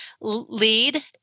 lead